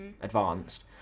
advanced